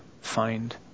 find